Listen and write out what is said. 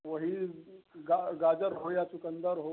वही गाजर हो या चुकन्दर हो